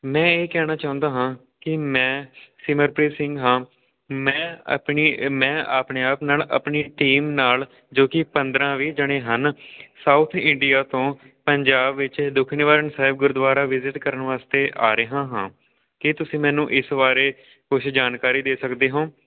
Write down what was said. ਮੈਂ ਇਹ ਕਹਿਣਾ ਚਾਹੁੰਦਾ ਹਾਂ ਕਿ ਮੈਂ ਸਿਮਰਪ੍ਰੀਤ ਸਿੰਘ ਹਾਂ ਮੈਂ ਆਪਣੀ ਮੈਂ ਆਪਣੇ ਆਪ ਨਾਲ ਆਪਣੀ ਟੀਮ ਨਾਲ ਜੋ ਕਿ ਪੰਦਰ੍ਹਾਂ ਵੀਹ ਜਾਣੇ ਹਨ ਸਾਊਥ ਇੰਡੀਆ ਤੋਂ ਪੰਜਾਬ ਵਿੱਚ ਦੁੱਖ ਨਿਵਾਰਨ ਸਾਹਿਬ ਗੁਰਦੁਆਰਾ ਵਿਜਿਟ ਕਰਨ ਵਾਸਤੇ ਆ ਰਿਹਾ ਹਾਂ ਕੀ ਤੁਸੀਂ ਮੈਨੂੰ ਇਸ ਬਾਰੇ ਕੁਛ ਜਾਣਕਾਰੀ ਦੇ ਸਕਦੇ ਹੋ